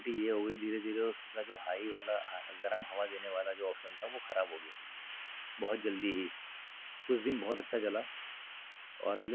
دیکھا جائے تو وہاں پہ ڈاکٹرس ہائی فیز لیتے ہیں لمبی لمبی لائن لگائی جاتی ہے ٹریٹمینٹ صحیح سے نہیں مل پاتی ہے